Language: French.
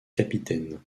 capitaines